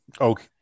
Okay